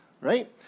right